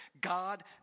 God